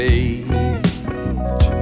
age